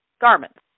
garments